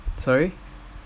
sorry